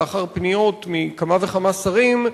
לאחר פניות מכמה וכמה שרים,